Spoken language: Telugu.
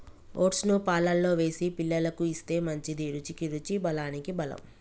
ఓట్స్ ను పాలల్లో వేసి పిల్లలకు ఇస్తే మంచిది, రుచికి రుచి బలానికి బలం